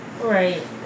right